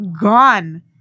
gone